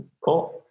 Cool